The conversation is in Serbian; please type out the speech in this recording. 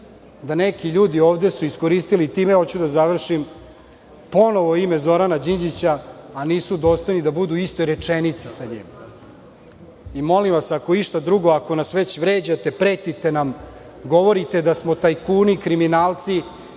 da neki ljudi ovde su iskoristili, time hoću da završim, ponovo ime Zorana Đinđića, a nisu dostojni da budu u istoj rečenici sa njim. Molim vas, ako išta drugo, ako nas već vređate, pretite nam, govorite da smo tajkuni, kriminalci,